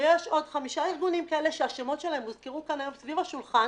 ויש עוד חמישה ארגונים כאלה שהשמות שלהם הוזכרו כאן היום סביב השולחן